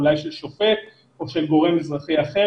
אולי של שופט או של גורם אזרחי אחר.